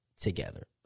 together